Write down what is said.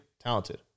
talented